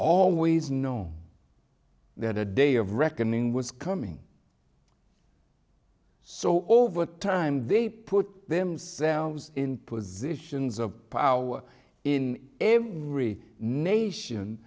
always known that a day of reckoning was coming so over time they put themselves in positions of power in every nation